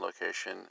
location